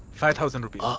five thousand rupees.